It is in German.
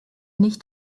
nicht